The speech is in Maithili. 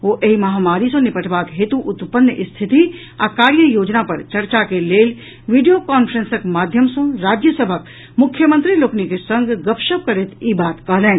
ओ एहि महामारी सँ निपटबाक हेतु उत्पन्न स्थिति आ कार्य योजना पर चर्चा के लेल वीडियो कांफ्रेंसक माध्यम सँ राज्य सभक मुख्यमंत्री लोकनिक संग गपशप करैत ई बात कहलनि